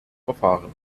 verfahren